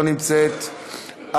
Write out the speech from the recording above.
לא נמצאת,